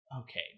Okay